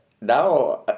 now